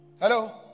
hello